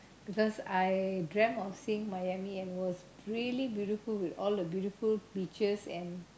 because I dreamt of seeing Miami and it was really beautiful with all the beautiful beaches and